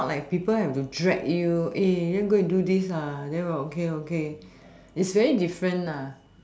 not like people have to drag you you want to go and do this ah then what okay okay it's very different ah